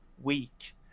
week